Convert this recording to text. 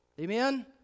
Amen